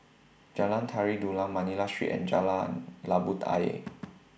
Jalan Tari Dulang Manila Street and Jalan Labu